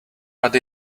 but